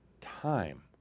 time